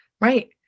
Right